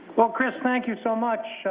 well, chris, thank you so much.